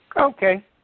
Okay